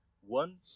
One